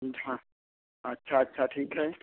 ठीक हाँ अच्छा अच्छा ठीक है